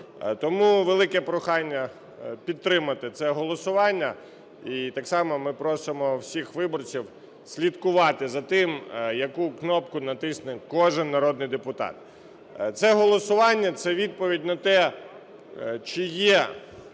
Тому велике прохання підтримати це голосування. І так само ми просимо всіх виборців слідкувати за тим, яку кнопку натисне кожен народний депутат. Це голосування – це відповідь на те, чи є